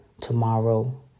tomorrow